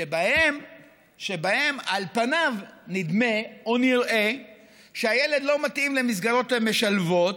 שבהם על פניו נדמה או נראה שהילד לא מתאים למסגרות משלבות,